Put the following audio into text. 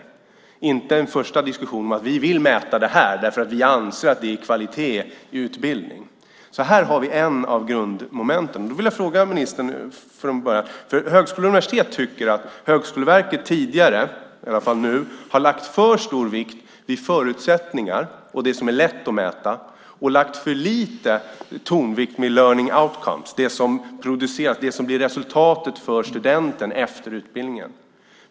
Det är inte en första diskussion om att man vill mäta detta för att man anser att det är kvalitet i utbildning. Här har vi ett av grundmomenten. Högskolor och universitet tycker att Högskoleverket har lagt för stor vikt vid förutsättningar och det som är lätt att mäta och lagt för lite vikt vid learning outcomes , det som produceras, det som blir resultatet för studenten efter utbildningen.